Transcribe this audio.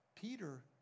Peter